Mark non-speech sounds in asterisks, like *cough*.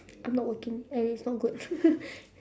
I'm not working and it's not good *laughs*